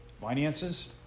Finances